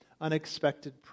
unexpected